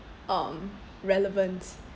um relevant